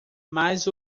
mas